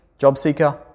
JobSeeker